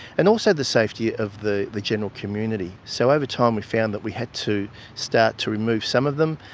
and also the safety of the the general community. so over time we found that we had to start to remove some of them.